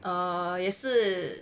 err 也是